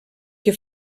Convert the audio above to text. que